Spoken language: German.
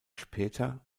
später